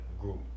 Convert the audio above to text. group